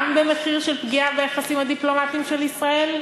גם במחיר של פגיעה ביחסים הדיפלומטיים של ישראל,